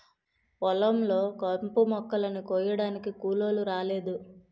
పొలం లో కంపుమొక్కలని కొయ్యడానికి కూలోలు రాలేదు